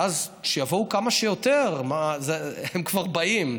ואז, שיבואו כמה שיותר, מה, הם כבר באים.